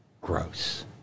gross